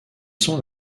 sont